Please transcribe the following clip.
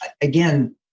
again